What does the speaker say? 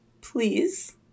please